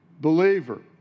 believer